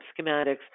schematics